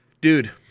dude